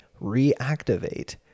reactivate